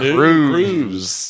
Cruise